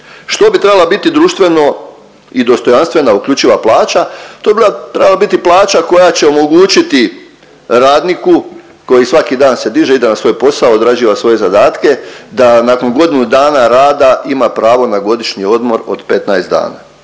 Što bi trebala biti društveno i dostojanstveno uključiva plaća? To bi bila, trebala biti plaća koja će omogućiti radniku koji svaki dan se diže i ide na svoj posao, odrađiva svoje zadatke, da nakon godinu dana rada ima pravo na godišnji odmor od 15 dana,